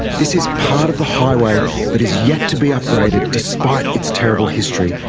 this is part of the highway that is yet to be upgraded despite its terrible history,